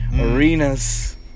arenas